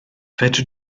fedri